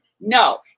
no